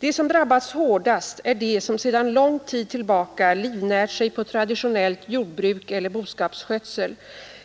De som drabbats hårdast är de som sedan lång tid tillbaka livnärt sig på traditionellt jordbruk eller boskapsskötsel.